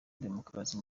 demokarasi